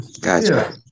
Gotcha